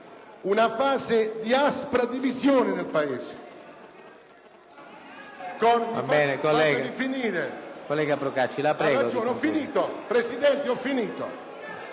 una fase di aspra divisione nel Paese.